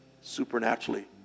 supernaturally